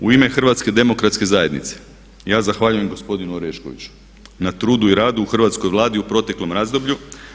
U ime HDZ-a ja zahvaljujem gospodinu Oreškoviću na trudu i radu u Hrvatskoj vladi u proteklom razdoblju.